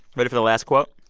ready for the last quote?